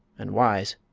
and wise.